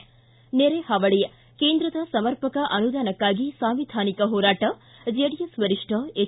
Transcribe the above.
ಿ ನೆರೆ ಹಾವಳಿ ಕೇಂದ್ರದ ಸಮರ್ಪಕ ಅನುದಾನಕ್ಕಾಗಿ ಸಾಂವಿಧಾನಿಕ ಹೋರಾಟ ಜೆಡಿಎಸ್ ವರಿಷ್ಠ ಎಚ್